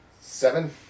Seven